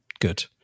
Good